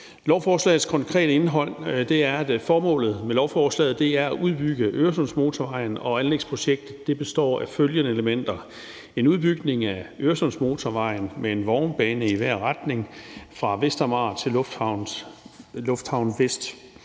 Lovforslagets konkrete formål er at udbygge Øresundsmotorvejen, og anlægsprojektet består af følgende elementer: en udbygning af Øresundsmotorvejen med en vognbane i hver retning fra Vestamager til Lufthavn V